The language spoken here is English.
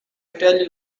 tell